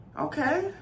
okay